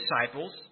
disciples